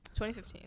2015